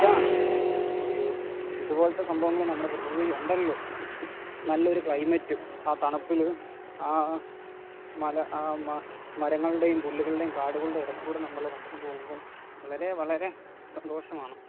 ഇതാണ് ഒരു ഇത്പോലെത്തെ സംഭവങ്ങള് നമ്മുടെ പ്രകൃതിയില് ഉണ്ടല്ലോ നല്ലൊരു ക്ലൈമറ്റും ആ തണുപ്പിൽ ആ മല ആ മരങ്ങളുടെയും പുല്ലുകളുടെയും കാടുകളുടെ ഇടയിൽ കൂടി നമ്മൾ നടന്ന് പോകുമ്പോൾ വളരെ വളരെ സന്തോഷമാണ്